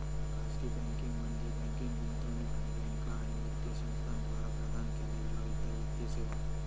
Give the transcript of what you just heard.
खाजगी बँकिंग म्हणजे बँकिंग, गुंतवणूक आणि बँका आणि वित्तीय संस्थांद्वारा प्रदान केलेल्यो इतर वित्तीय सेवा